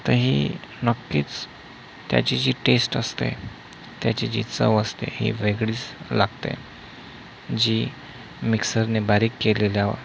तर ही नक्कीच त्याची जी टेस्ट असते त्याची जी चव असते ही वेगळीच लागते जी मिक्सरने बारीक केलेल्यावर